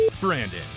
Brandon